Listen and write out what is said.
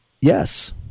Yes